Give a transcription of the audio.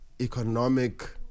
economic